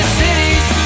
cities